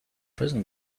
prison